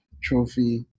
Trophy